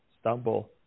stumble